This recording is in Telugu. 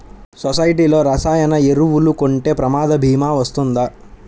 సొసైటీలో రసాయన ఎరువులు కొంటే ప్రమాద భీమా వస్తుందా?